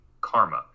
Karma